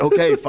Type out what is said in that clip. Okay